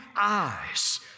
eyes